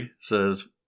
says